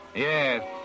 Yes